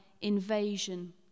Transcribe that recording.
invasion